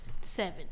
Seven